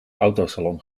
autosalon